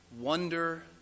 wonder